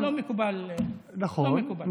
לא מקובל, לא מקובל.